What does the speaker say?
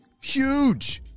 huge